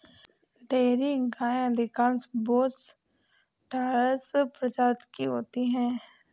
dairy गायें अधिकांश Bos taurus प्रजाति की होती हैं